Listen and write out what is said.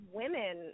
women